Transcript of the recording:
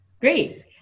great